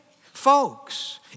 folks